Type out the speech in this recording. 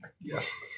Yes